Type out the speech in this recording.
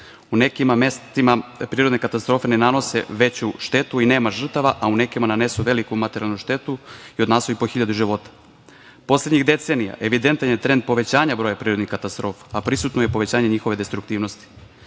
U nekim mestima prirodne katastrofe ne nanose veću štetu i nema žrtava, a u nekima nanesu veliku materijalnu štetu i odnesu i po hiljade života. Poslednjih decenija evidentan je trend povećanja broja prirodnih katastrofa, a prisutno je povećanje njihove destruktivnosti.